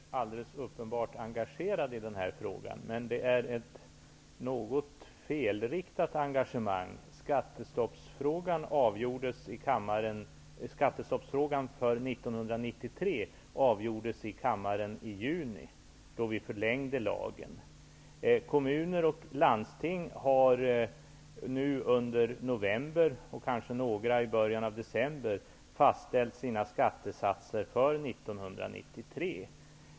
Herr talman! Annika Åhnberg är alldeles uppenbart engagerad i denna fråga, men det är ett något felriktat engagemang. Skattestoppsfrågan för 1993 avgjordes av kammaren i juni, då vi förlängde lagens giltighetstid. Kommuner och landsting har under november, kanske några i början av december, fastställt sina skattesatser för 1993.